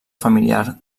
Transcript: familiar